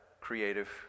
creative